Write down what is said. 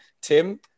Tim